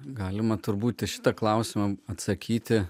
galima turbūt į šitą klausimą atsakyti